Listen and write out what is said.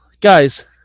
guys